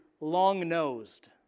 long-nosed